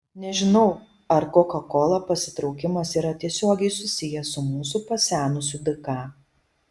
nežinau ar koka kola pasitraukimas yra tiesiogiai susijęs su mūsų pasenusiu dk